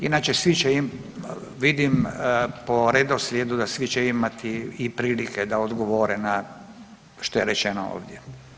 Inače svi će, vidim po redoslijedu da svi će imati i prilike da odgovore na što je rečeno ovdje.